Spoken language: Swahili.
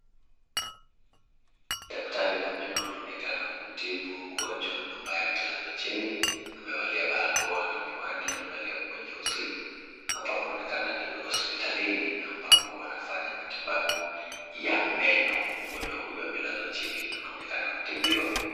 Daktari wa meno anaonekana kumtibu mgonjwa ambaye amelazwa chini, amevalia barakoa na miwani amevalia nguo nyeusi. Hapa kunaonekana ni hospitalini ambako wanafanya matibabu ya meno. Mgonjwa huyu amelazwa chini anaonekana kutibiwa.